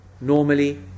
normally